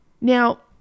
Now